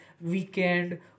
Weekend